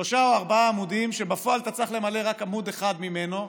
שלושה או ארבעה עמודים ובפועל אתה צריך למלא רק עמוד אחד ממנו,